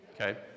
Okay